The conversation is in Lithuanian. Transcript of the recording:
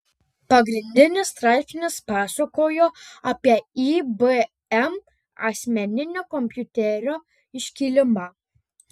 pagrindinis straipsnis pasakojo apie ibm asmeninio kompiuterio iškilimą